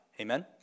Amen